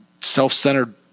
self-centered